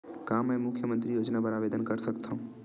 का मैं मुख्यमंतरी योजना बर आवेदन कर सकथव?